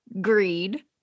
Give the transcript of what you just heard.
Greed